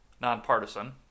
Nonpartisan